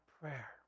prayer